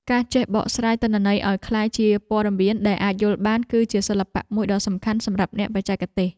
ការចេះបកស្រាយទិន្នន័យឱ្យក្លាយជាព័ត៌មានដែលអាចយល់បាន គឺជាសិល្បៈមួយដ៏សំខាន់សម្រាប់អ្នកបច្ចេកទេស។